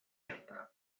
jätta